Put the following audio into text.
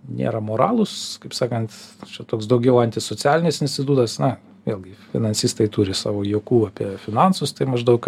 nėra moralūs kaip sakant čia toks daugiau antisocialinis institutas na vėlgi finansistai turi savo juokų apie finansus tai maždaug